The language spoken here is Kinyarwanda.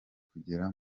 kugera